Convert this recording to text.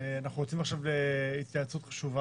הצליחו להשתווק וגם להימסר ליזם.